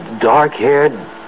dark-haired